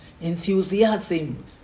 enthusiasm